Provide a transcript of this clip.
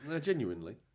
Genuinely